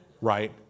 Right